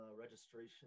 registration